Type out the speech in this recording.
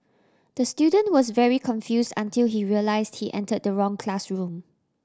the student was very confuse until he realise he enter the wrong classroom